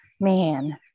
man